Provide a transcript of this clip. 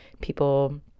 People